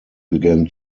began